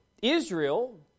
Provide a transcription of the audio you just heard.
Israel